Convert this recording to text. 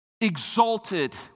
exalted